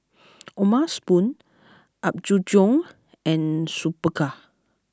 O'ma Spoon Apgujeong and Superga